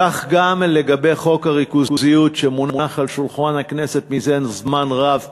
כך גם לגבי חוק הריכוזיות שמונח על שולחן הכנסת מזה זמן רב,